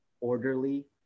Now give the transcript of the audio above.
orderly